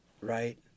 right